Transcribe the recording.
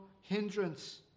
hindrance